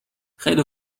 خیلی